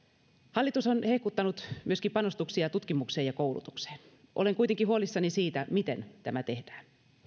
hallitus on hehkuttanut myöskin panostuksia tutkimukseen ja koulutukseen olen kuitenkin huolissani siitä miten tämä tehdään